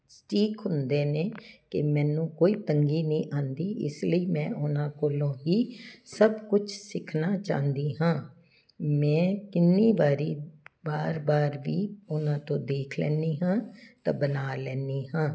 ਸਟੀਕ ਹੁੰਦੇ ਨੇ ਕਿ ਮੈਨੂੰ ਕੋਈ ਤੰਗੀ ਨਹੀਂ ਆਉਂਦੀ ਇਸ ਲਈ ਮੈਂ ਉਹਨਾਂ ਕੋਲੋਂ ਹੀ ਸਭ ਕੁਛ ਸਿੱਖਣਾ ਚਾਹੁੰਦੀ ਹਾਂ ਮੈਂ ਕਿੰਨੀ ਵਾਰੀ ਬਾਰ ਬਾਰ ਵੀ ਉਹਨਾਂ ਤੋਂ ਦੇਖ ਲੈਨੀ ਹਾਂ ਤਾਂ ਬਣਾ ਲੈਨੀ ਹਾਂ